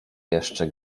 jeszcze